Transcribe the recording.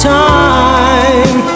time